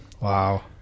Wow